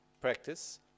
practice